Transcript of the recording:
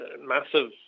massive